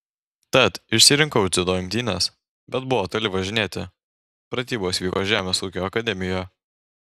tad išsirinkau dziudo imtynes bet buvo toli važinėti pratybos vyko žemės ūkio akademijoje